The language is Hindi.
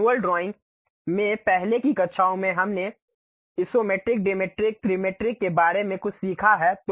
मैनुअल ड्राइंग में पहले की कक्षाओं में हमने इसोमेट्रिक डिमेट्रिक त्रिमेट्रिक के बारे में कुछ सीखा है